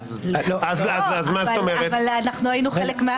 לא אבל היינו חלק.